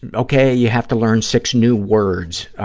and okay, you have to learn six new words,